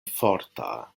forta